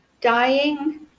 dying